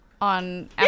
on